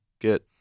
get